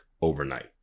overnight